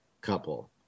couple